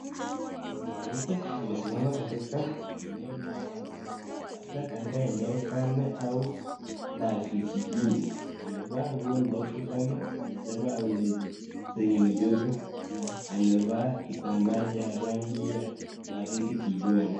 Mwanamke amesimama katika eneo la wazi labda katika eneo kame au la vijijini. Amevaa nguo ndefu kama dereva au leso zenye michoro na amevaa kitambaa cha rangi waridi kijwani.